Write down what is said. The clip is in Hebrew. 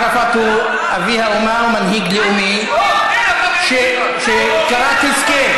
ערפאת הוא אבי האומה, הוא מנהיג לאומי שכרת הסכם.